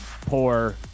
poor